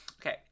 Okay